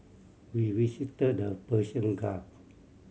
we visited the Persian Gulf